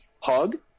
hug